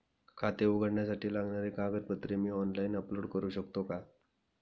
खाते उघडण्यासाठी लागणारी कागदपत्रे मी ऑनलाइन अपलोड करू शकतो का?